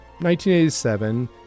1987